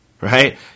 Right